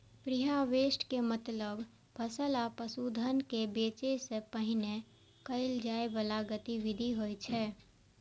preharvest के मतलब फसल या पशुधन कें बेचै सं पहिने कैल जाइ बला गतिविधि होइ छै